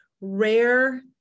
rare